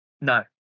No